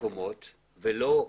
מקומות ולא משכירות.